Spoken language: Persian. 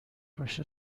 پشت